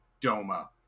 Doma